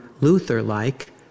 Luther-like